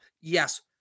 yes